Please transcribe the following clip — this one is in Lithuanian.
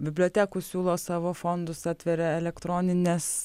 bibliotekų siūlo savo fondus atveria elektronines